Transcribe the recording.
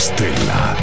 Stella